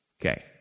Okay